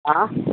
हां